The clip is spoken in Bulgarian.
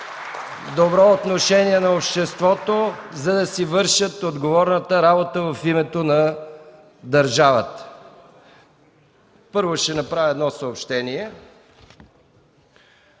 добро отношение на обществото, за да си вършат отговорната работа в името на държавата. (Ръкопляскания.) Първо ще направя едно съобщение.